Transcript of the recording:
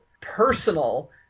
personal